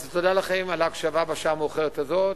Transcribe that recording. אז תודה לכם על ההקשבה בשעה מאוחרת הזאת,